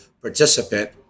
participant